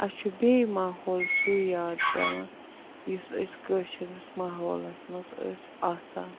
اَسہِ چھُ بیٚیہِ ماحول سُے یاد پٮ۪وان یُس أسۍ کٲشرِس ماحولَس منٛز ٲسۍ آسان